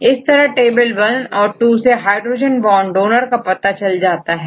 इस तरह table one और टू से हाइड्रोजन बॉन्ड डोनर का पता चल जाता है